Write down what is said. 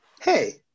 hey